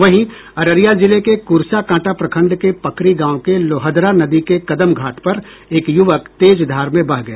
वहीं अररिया जिले के कुर्साकांटा प्रखंड के पकरी गांव के लोहदरा नदी के कदम घाट पर एक युवक तेज धार में बह गया